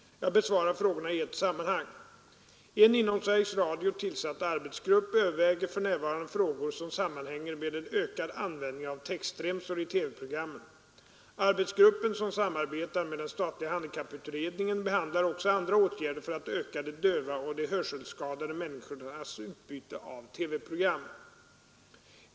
Jag besvarar frågorna i ett sammanhang. En inom Sveriges Radio tillsatt arbetsgrupp överväger för närvarande frågor som sammanhänger med en ökad användning av textremsor i TV-programmen. Arbetsgruppen, som samarbetar med den statliga handikapputredningen, behandlar också andra åtgärder för att öka de döva och de hörselskadade människornas utbyte av TV-programmen.